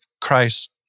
Christ